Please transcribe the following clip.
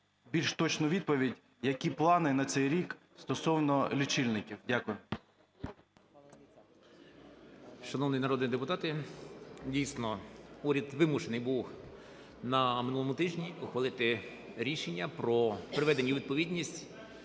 більш точну відповідь, які плани на цей рік стосовно лічильників? 10:48:09 КІСТІОН В.Є. Шановний народний депутате, дійсно, уряд вимушений був на минулому тижні ухвалити рішення про приведення у відповідність